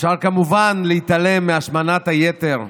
אפשר כמובן להתעלם מהשמנת היתר,